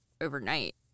overnight